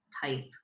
type